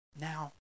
now